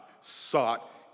sought